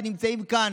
השר כהנא נמצאים כאן,